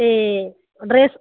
ਅਤੇ ਐਡਰੈਸ